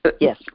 Yes